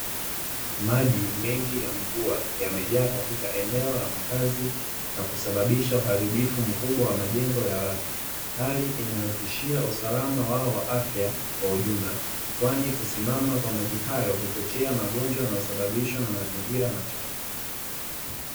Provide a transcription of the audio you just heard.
Maji mengi ya mvua yamejaa katika eneo la makazi na kusababisha uharibifu mkubwa wa majengo ya watu, hali inayotishia usalama wao wa afya kwa ujumla kwani kusimama kwa maji hayo huchochea magonjwa yanayosababishwa na mazingira machafu.